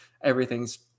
everything's